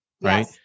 right